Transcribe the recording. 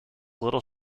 little